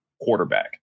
quarterback